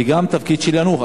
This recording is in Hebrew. וגם התפקיד של יאנוח.